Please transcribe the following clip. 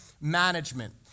management